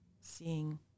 seeing